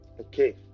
Okay